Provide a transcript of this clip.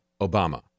Obama